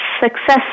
success